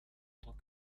tant